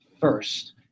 first